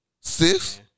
Sis